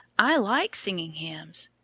i like singing hymns,